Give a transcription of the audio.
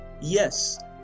Yes